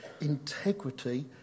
Integrity